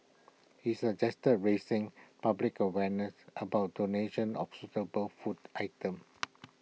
he suggested raising public awareness about donations of suitable food items